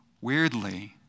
weirdly